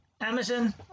Amazon